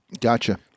Gotcha